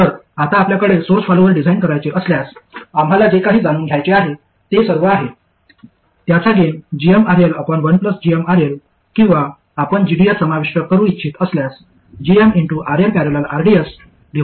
तर आता आपल्याकडे सोर्स फॉलोअर डिझाइन करायचे असल्यास आम्हाला जे काही जाणून घ्यायचे आहे ते सर्व आहे त्याचा गेन gmRL1gmRL किंवा आपण gds समाविष्ट करू इच्छित असल्यास gmRL।।rds1gmRL।।rds आहे